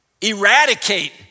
eradicate